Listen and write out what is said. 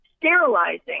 sterilizing